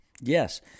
yes